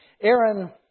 Aaron